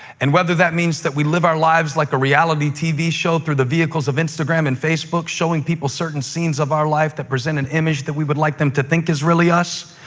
and whether that means we live our lives like a reality tv show through the vehicles of instagram and facebook, showing people certain scenes of our lives that present an image that we would like them to think is really us,